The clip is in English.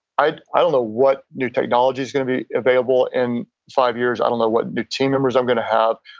i i don't know what new technology's going to be available in five years. i don't know what new team members i'm going to have.